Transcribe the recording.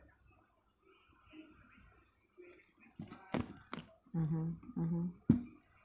mmhmm mmhmm